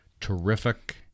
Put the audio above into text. terrific